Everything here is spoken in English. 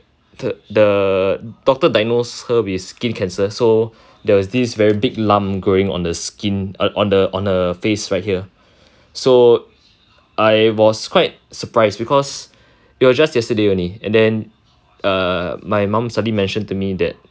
the the doctor diagnosed her with skin cancer so there is this very big lump growing on the skin on on the on her face right here so I was quite surprised because it was just yesterday only and then err my mum suddenly mentioned to me that